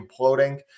imploding